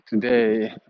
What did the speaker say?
today